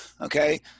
okay